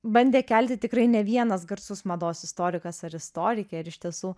bandė kelti tikrai ne vienas garsus mados istorikas ar istorikė ir iš tiesų